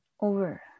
over